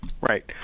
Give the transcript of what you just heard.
Right